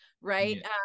right